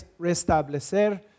restablecer